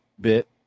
bit